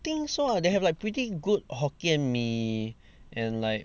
听说 lah they have like pretty good hokkien mee and like